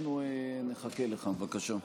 נחכה לך, בבקשה.